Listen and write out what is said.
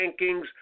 rankings